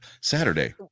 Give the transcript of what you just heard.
Saturday